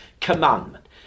commandment